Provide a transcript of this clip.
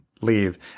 Leave